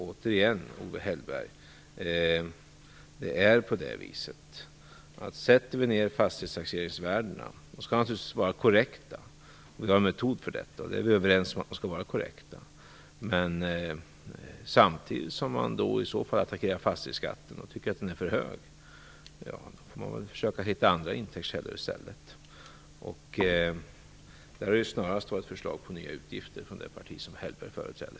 Återigen, Owe Hellberg: Fastighetstaxeringsvärdena skall naturligtvis vara korrekta. Vi har en metod för detta, och vi är överens om att de skall vara korrekta. Men sätter man ner fastighetstaxeringsvärdena samtidigt som man attackerar fastighetsskatten och tycker att den är för hög, då får man väl försöka hitta andra intäktskällor i stället. Det här är ju snarast ett förslag på nya utgifter från det parti som Owe Hellberg företräder.